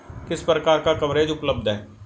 किस प्रकार का कवरेज उपलब्ध है?